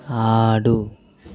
ఆడు